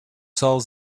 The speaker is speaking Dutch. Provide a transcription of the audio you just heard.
zal